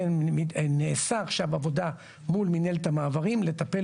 נעשה עכשיו עבודה מול מינהלת המעברים לטפל